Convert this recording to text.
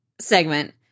segment